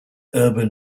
urban